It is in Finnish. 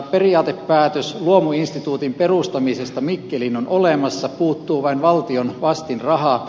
periaatepäätös luomuinstituutin perustamisesta mikkeliin on olemassa puuttuu vain valtion vastinraha